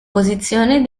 posizione